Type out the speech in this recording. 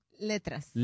letras